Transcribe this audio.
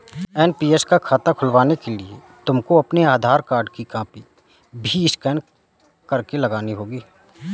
NPS का खाता खुलवाने के लिए तुमको अपने आधार कार्ड की कॉपी भी स्कैन करके लगानी होगी